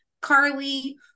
Carly